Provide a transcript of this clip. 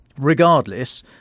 regardless